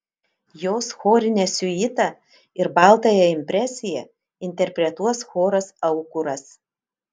jos chorinę siuitą ir baltąją impresiją interpretuos choras aukuras